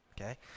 okay